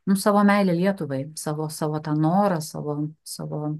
nu savo meilę lietuvai savo savo tą norą savo savo